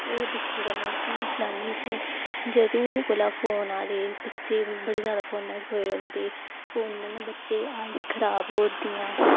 जदूं कोला फोन आए दे बच्चे बड़े जादा फोनै च खोए रौंह्दे फोन कन्नै आइज खराब होआ दियां